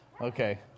Okay